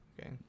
Okay